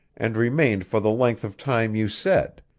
and remained for the length of time you said.